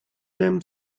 them